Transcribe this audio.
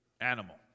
animal